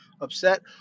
upset